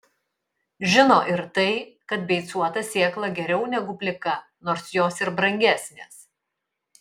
žino ir tai kad beicuota sėkla geriau negu plika nors jos ir brangesnės